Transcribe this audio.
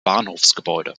bahnhofsgebäude